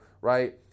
right